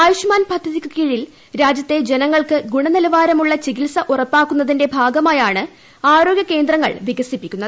ആയുഷ്മാൻ പദ്ധതിക്ക് കീഴിൽ രാജ്യത്തെ ജനങ്ങൾക്ക് ഗുണനിലവാരമുള്ള ചികിത്സ ഉറപ്പാക്കുന്നതിന്റെ ഭാഗമായാണ് ആരോഗ്യ കേന്ദ്രങ്ങൾ വികസിപ്പിക്കുന്നത്